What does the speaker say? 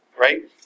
right